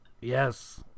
Yes